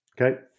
Okay